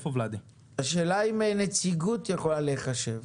השאלה אם נציגות יכולה להיחשב.